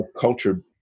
culture